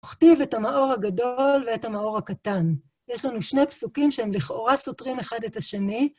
הכתיב את המאור הגדול ואת המאור הקטן. יש לנו שני פסוקים שהם לכאורה סותרים אחד את השני.